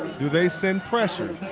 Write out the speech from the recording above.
to they send pressure?